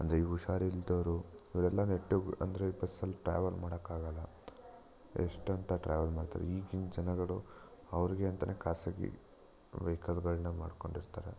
ಅಂದರೆ ಈ ಹುಷಾರು ಇಲ್ದೊರು ಇವರೆಲ್ಲ ನೆಟ್ಟಗೆ ಅಂದರೆ ಬಸ್ಸಲ್ಲಿ ಟ್ರಾವೆಲ್ ಮಾಡೋಕಾಗಲ್ಲ ಎಷ್ಟಂತ ಟ್ರಾವೆಲ್ ಮಾಡ್ತಾರೆ ಈಗಿನ ಜನಗಳು ಅವ್ರಿಗೆ ಅಂತನೆ ಖಾಸಗಿ ವೆಯ್ಕಲ್ಗಳನ್ನ ಮಾಡಿಕೊಂಡಿರ್ತಾರೆ